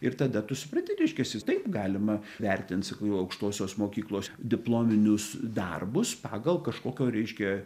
ir tada tu supranti reiškiasi taip galima vertint sakau aukštosios mokyklos diplominius darbus pagal kažkokio reiškia